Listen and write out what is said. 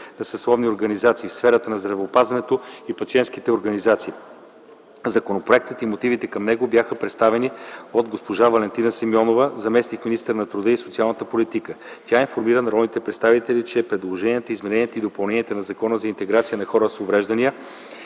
на съсловните организации в сферата на здравеопазването и на пациентски организации. Законопроектът и мотивите към него бяха представени от госпожа Валентина Симеонова, заместник – министър на труда и социалната политика. Тя информира народните представители, че предложените изменения и допълнения на Закона за интеграция на хората с увреждания